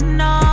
no